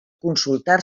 consultar